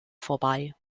vorbei